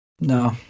No